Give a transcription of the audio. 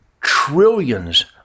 trillions